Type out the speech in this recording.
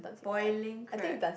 Boiling Crab